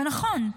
ונכון,